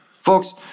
Folks